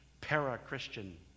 para-Christian